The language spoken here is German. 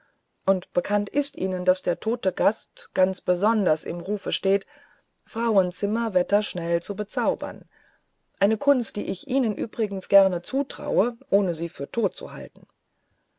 und bekannt ist ihnen daß der tote gast ganz besonders im rufe steht frauenzimmer wetterschnell zu bezaubern eine kunst die ich ihnen übrigens gerne zutraue ohne sie für tot zu halten